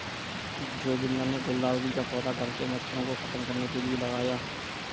जोगिंदर ने गुलदाउदी का पौधा घर से मच्छरों को खत्म करने के लिए लगाया